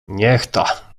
niechta